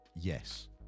Yes